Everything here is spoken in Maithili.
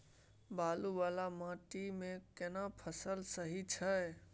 बालू वाला माटी मे केना फसल सही छै?